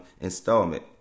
installment